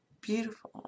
beautiful